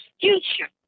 future